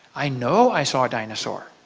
i know i saw a dinosaur.